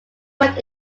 went